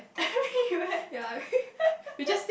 everywhere